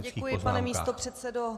Děkuji, pane místopředsedo.